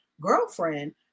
girlfriend